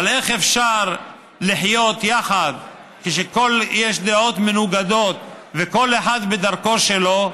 אבל איך אפשר לחיות יחד כשיש דעות מנוגדות וכל אחד בדרכו שלו?